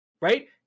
right